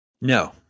No